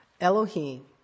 Elohim